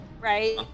right